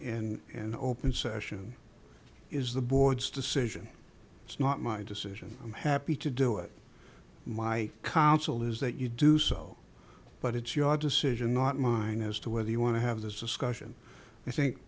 in an open session is the board's decision it's not my decision i'm happy to do it my counsel is that you do so but it's your decision not mine as to whether you want to have this discussion i think